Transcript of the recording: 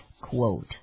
quote